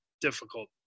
difficult